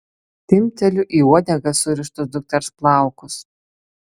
timpteliu į uodegą surištus dukters plaukus